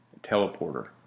Teleporter